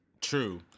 true